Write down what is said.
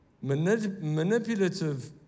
Manipulative